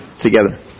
together